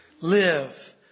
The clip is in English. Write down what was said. live